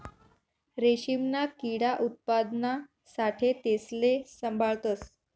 रेशीमना किडा उत्पादना साठे तेसले साभाळतस